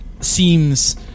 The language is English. seems